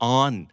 on